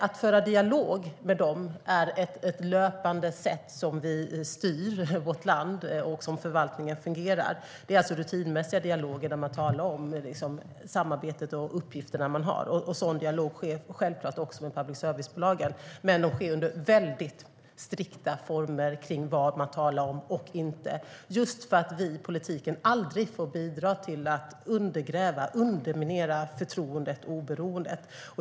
Att föra en dialog med dem är ett sätt som vi löpande styr vårt land på, och det är så förvaltningen fungerar. Det är rutinmässiga dialoger där man talar om det samarbete och de uppgifter man har. En sådan dialog sker självfallet också med public service-bolagen, men den sker under väldigt strikta former kring vad man talar om och inte, just för att vi i politiken aldrig får bidra till att undergräva och underminera förtroendet och oberoendet.